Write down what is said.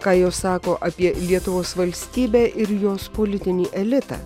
ką jos sako apie lietuvos valstybę ir jos politinį elitą